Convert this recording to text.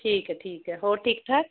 ਠੀਕ ਹੈ ਠੀਕ ਹੈ ਹੋਰ ਠੀਕ ਠਾਕ